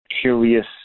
Curious